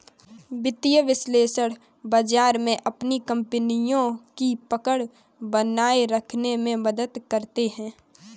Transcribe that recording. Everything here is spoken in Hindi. वित्तीय विश्लेषक बाजार में अपनी कपनियों की पकड़ बनाये रखने में मदद करते हैं